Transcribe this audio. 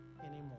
anymore